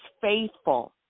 faithful